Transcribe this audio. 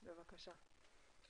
בבקשה.